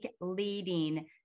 leading